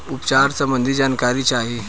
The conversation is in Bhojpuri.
उपचार सबंधी जानकारी चाही?